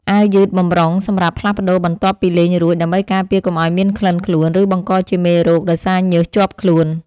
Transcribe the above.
អាវយឺតបម្រុងសម្រាប់ផ្លាស់ប្ដូរបន្ទាប់ពីលេងរួច ដើម្បីការពារកុំឱ្យមានក្លិនខ្លួន ឬបង្កជាមេរោគដោយសារញើសជាប់ខ្លួន។